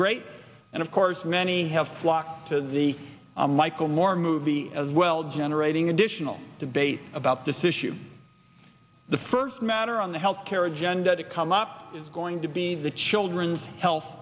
great and of course many have flocked to the michael moore movie as well generating additional debate about this issue the first matter on the health care agenda to come up is going to be the children's health